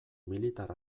militar